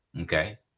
Okay